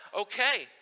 okay